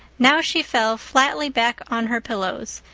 now she fell flatly back on her pillows,